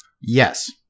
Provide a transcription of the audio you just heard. Yes